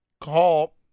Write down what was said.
call